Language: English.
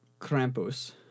Krampus